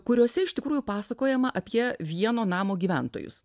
kuriose iš tikrųjų pasakojama apie vieno namo gyventojus